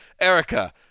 Erica